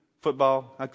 football